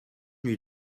nuit